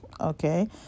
okay